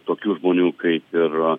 tokių žmonių kaip ir